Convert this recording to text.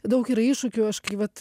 daug yra iššūkių aš kai vat